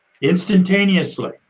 Instantaneously